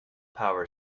power